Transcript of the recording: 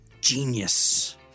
genius